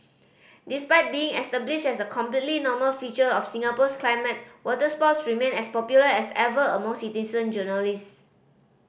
despite being established as a completely normal feature of Singapore's climate waterspouts remain as popular as ever among citizen journalist